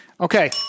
Okay